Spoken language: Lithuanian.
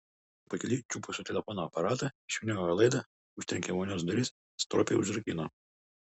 pakeliui čiupusi telefono aparatą išvyniojo laidą užtrenkė vonios duris stropiai užrakino